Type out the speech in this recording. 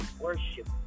worship